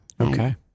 Okay